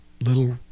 little